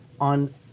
On